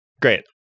great